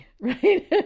right